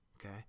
Okay